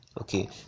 okay